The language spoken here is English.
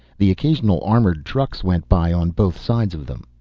the occasional armored trucks went by on both sides of them.